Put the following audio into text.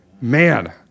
Man